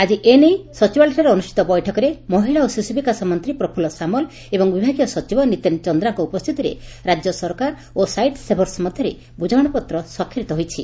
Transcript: ଆଜି ଏ ନେଇ ସଚିବାଳୟଠାରେ ଅନୁଷିତ ବୈଠକରେ ମହିଳା ଓ ଶିଶୁ ବିକାଶ ମନ୍ତୀ ପ୍ରଫୁଲ୍ଲ ସାମଲ ଏବଂ ବିଭାଗୀୟ ସଚିବ ନିତେନ୍ଚନ୍ଦ୍ରାଙ୍କ ଉପସ୍ଥିତିରେ ରାଜ୍ୟ ସରକାର ଓ ସାଇଟ୍ସେଭର୍ସ ମଧ୍ଘରେ ବୁଝାମଣାପତ୍ର ସ୍ୱାକ୍ଷରିତ ହୋଇଛି